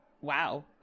Wow